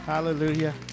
hallelujah